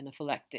anaphylactic